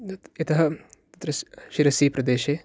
इतः त्रिस् शिरसिप्रदेशे